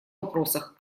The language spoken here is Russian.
вопросах